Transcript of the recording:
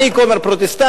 אני כומר פרוטסטנטי,